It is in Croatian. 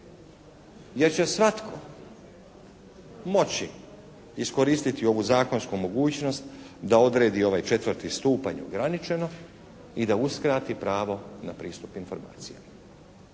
jer će svatko moći iskoristiti ovu zakonsku mogućnost da odredi ovaj četvrti stupanj ograničeno i da uskrati pravo na pristup informacijama.